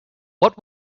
what